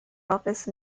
office